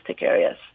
areas